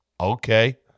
Okay